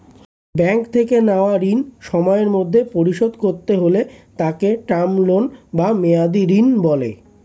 bank থেকে নেওয়া ঋণ সময়ের মধ্যে পরিশোধ করতে হলে তাকে টার্ম লোন বা মেয়াদী ঋণ বলে